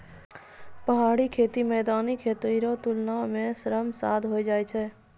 पहाड़ी खेती मैदानी खेती रो तुलना मे श्रम साध होय जाय छै